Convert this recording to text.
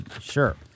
Sure